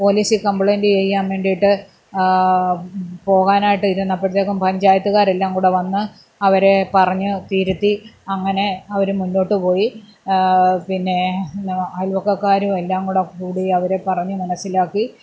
പോലീസിൽ കമ്പ്ലൈന്റ് ചെയ്യാൻ വേണ്ടിയിട്ട് പോകാനായിട്ട് ഇരുന്നപ്പോഴത്തേക്കും പഞ്ചായത്തുകാരെല്ലാംകൂടി വന്ന് അവരെ പറഞ്ഞു തിരുത്തി അങ്ങനെ അവർ മുന്നോട്ടുപോയി പിന്നേ എന്നാൽ അയൽപക്കക്കാരും എല്ലാംകൂടെ കൂടി അവരെ പറഞ്ഞു മനസ്സിലാക്കി